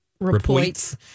Reports